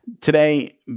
Today